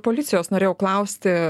policijos norėjau klausti